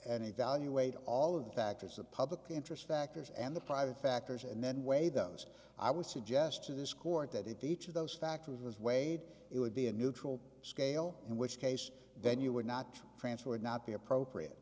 and evaluate all of the factors of public interest factors and the private factors and then weigh those i would suggest to this court that if each of those factors was weighed it would be a neutral scale in which case then you would not france would not be appropriate